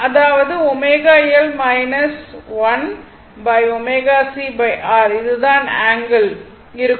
அதாவது ω L 1 ω c R இது தான் ஆங்கிள் இருக்கும்